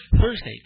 Thursday